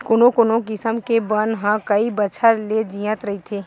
कोनो कोनो किसम के बन ह कइ बछर ले जियत रहिथे